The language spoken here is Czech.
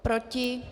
Proti?